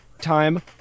time